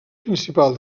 principal